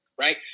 right